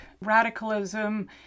radicalism